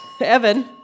Evan